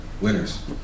winners